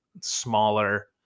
smaller